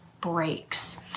breaks